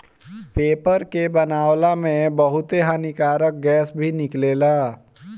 paper के बनावला में बहुते हानिकारक गैस भी निकलेला